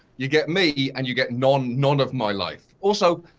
you get me and you get none none of my life. also,